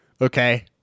Okay